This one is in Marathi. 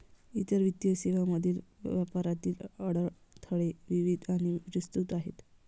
इतर वित्तीय सेवांमधील व्यापारातील अडथळे विविध आणि विस्तृत आहेत